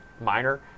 minor